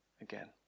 again